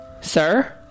sir